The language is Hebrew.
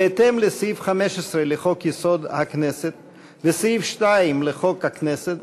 בהתאם סעיף 15 לחוק-יסוד: הכנסת וסעיף 2 לחוק הכנסת,